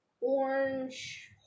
orange